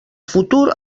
futur